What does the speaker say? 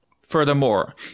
Furthermore